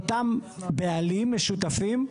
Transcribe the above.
לאותם בעלים משותפים,